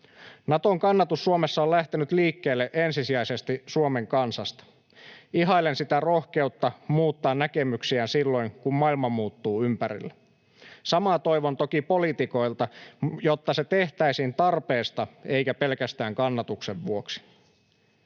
Naton kannatus Suomessa on lähtenyt liikkeelle ensisijaisesti Suomen kansasta. Ihailen sitä rohkeutta muuttaa näkemyksiään silloin, kun maailma muuttuu ympärillä. Samaa toivon toki poliitikoilta, jotta se tehtäisiin tarpeesta eikä pelkästään kannatuksen vuoksi.